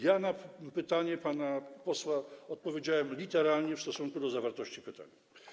Ja na pytania pana posła odpowiedziałem literalnie stosownie do zawartości pytań.